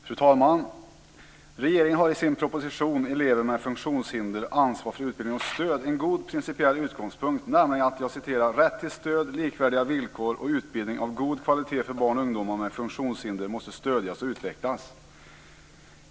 Fru talman! Regeringen har i sin proposition Elever med funktionshinder - ansvar för utbildning och stöd en god principiell utgångspunkt, nämligen att "rätt till stöd, likvärdiga villkor och utbildning av god kvalitet för barn och ungdomar med funktionshinder måste stödjas och utvecklas".